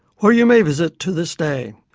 where you may visit to this day,